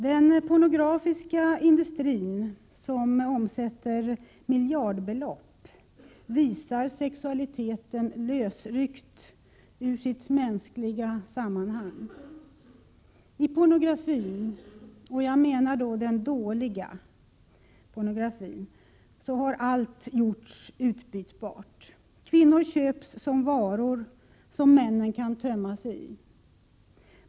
Den pornografiska industrin, som omsätter miljardbelopp, visar sexualiteten lösryckt ur sitt mänskliga sammanhang. I pornografin — och jag menar då den dåliga pornografin — har allt gjorts utbytbart. Kvinnor köps som varor som männen kan tömma sig i.